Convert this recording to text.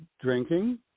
drinking